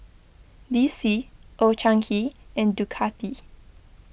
D C Old Chang Kee and Ducati